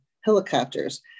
helicopters